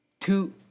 Two